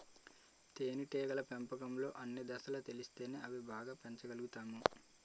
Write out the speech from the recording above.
తేనేటీగల పెంపకంలో అన్ని దశలు తెలిస్తేనే అవి బాగా పెంచగలుతాము